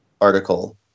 article